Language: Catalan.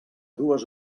dues